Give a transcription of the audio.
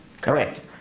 Correct